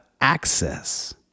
access